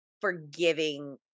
forgiving